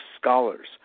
scholars